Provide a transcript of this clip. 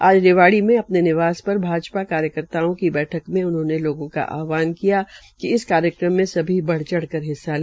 आज रिवाड़ी में अपने निवास पर भाजपा कार्यकर्ताओं की बैठक में उन्होंने लोगों का आहवान किया कि इस कार्यक्रम में सभी बढ़चढ़ कर हिस्सा ले